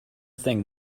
thing